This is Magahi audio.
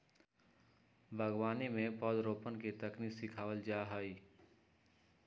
बागवानी में पौधरोपण के तकनीक सिखावल जा हई